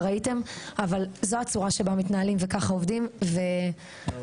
ראיתם אבל זו הצורה שבה מתנהלים וככה עובדים ואשרייך.